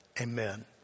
Amen